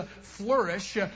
flourish